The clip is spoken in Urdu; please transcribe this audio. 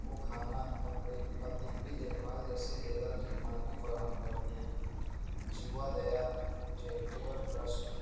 وہ کھانا کپڑے اور طبی دیکھ بھال جیسی دیگر خدمات بھی فراہم کرتے ہیں جیوا دیا چیرٹیبل ٹرسٹ